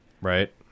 Right